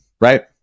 Right